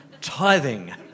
tithing